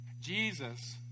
Jesus